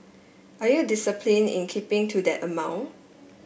are you discipline in keeping to that amount